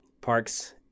Parks